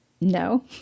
No